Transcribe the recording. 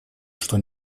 что